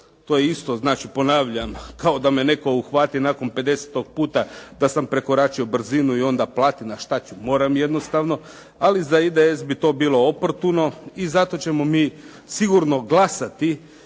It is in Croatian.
to je isto znači, ponavljam, kao da me netko uhvati nakon 50. puta da sam prekoračio brzinu i onda platim, a šta ću, moram jednostavno, ali za IDS bi to bilo oportuno i zato ćemo mi sigurno glasati